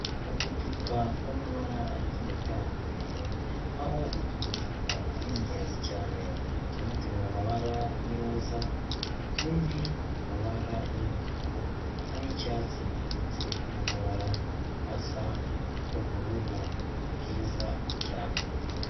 Uducupa twamabara agiye atandukanye, aho utudupfupa ari ingenzi cyane. Tumwe turima mabara y'iroza, utundi amabara y'umutuku ay'icyatsi ndetse n'amabara asa ubururu bwiza cyane.